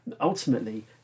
ultimately